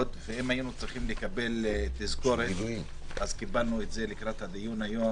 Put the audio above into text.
ואני מהניסיון הלא צנוע במקרה הזה של נושא טיפול בנשים שעוברות אלימות,